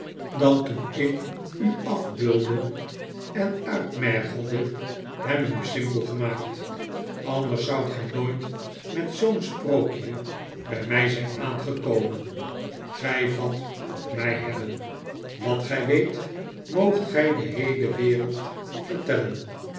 dan toen ik u afbeulde en uitmergelde hebben u simpel gemaakt anders zoudt gij nooit met zoo'n sprookje bij mij zijn aangekomen gij vat op mij hebben wat gij weet moogt gij de heele wereld vertellen